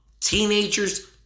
Teenagers